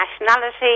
nationality